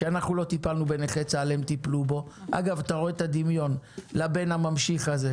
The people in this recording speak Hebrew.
כשאומרים כל הזמן שמשרד המשפטים לא עשה שום דבר בעניין הזה,